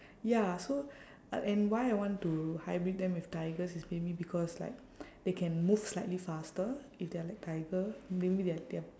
ya so uh and why I want to hybrid them with tigers is maybe because like they can move slightly faster if they are like tiger maybe they are they are